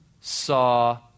saw